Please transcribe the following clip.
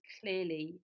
clearly